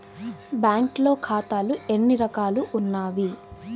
బ్యాంక్లో ఖాతాలు ఎన్ని రకాలు ఉన్నావి?